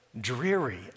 dreary